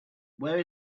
where